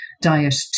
diet